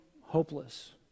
hopeless